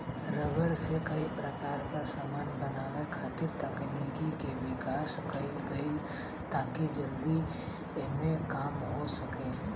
rubber से कई प्रकार क समान बनावे खातिर तकनीक के विकास कईल गइल ताकि जल्दी एमे काम हो सके